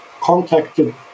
contacted